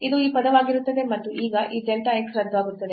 ಇದು ಈ ಪದವಾಗಿರುತ್ತದೆ ಮತ್ತು ಈಗ ಈ delta x ರದ್ದಾಗುತ್ತದೆ